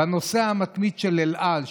בנוסע המתמיד של אל על,